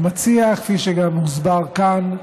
המציע, כפי שגם הוסבר כאן,